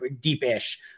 deep-ish